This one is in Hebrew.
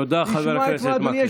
תודה, חבר הכנסת מקלב.